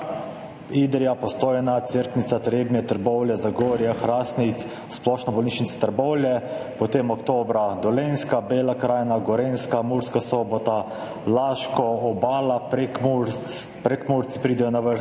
Idrija, Postojna, Cerknica, Trebnje, Trbovlje, Zagorje, Hrastnik, Splošna bolnišnice Trbovlje, potem oktobra Dolenjska, Bela krajina, Gorenjska, Murska Sobota, Laško, Obala, Prekmurci pridejo na vrsto,